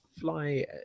fly